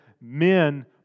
men